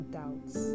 doubts